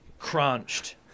Crunched